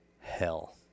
hell